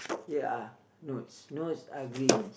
ya no it's no it's ugly